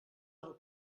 del